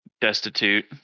destitute